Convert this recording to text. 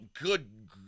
Good